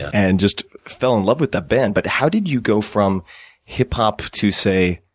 and just fell in love with that band. but, how did you go from hiphop to say,